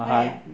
why ah